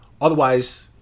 Otherwise